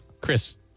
Chris